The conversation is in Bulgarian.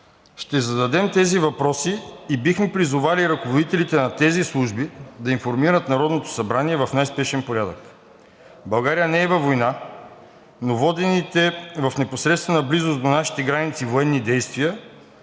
Ще зададем тези въпроси и бихме призовали ръководителите на тези служби да информират Народното събрание в най-спешен порядък. България не е във война, но водените в непосредствена близост до нашите граници военни действия